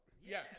Yes